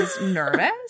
nervous